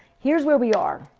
here is where we are.